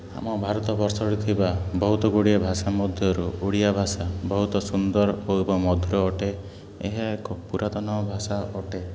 ଆମ ଭାରତ ବର୍ଷରେ ଥିବା ବହୁତ ଗୁଡ଼ିଏ ଭାଷା ମଧ୍ୟରୁ ଓଡ଼ିଆ ଭାଷା ବହୁତ ସୁନ୍ଦର ଓ ମଧୁର ଅଟେ ଏହା ଏକ ପୁରାତନ ଭାଷା ଅଟେ